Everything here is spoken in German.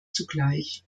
zugleich